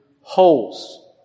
holes